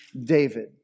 David